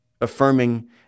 Affirming